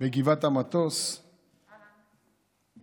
בגבעת המטוס,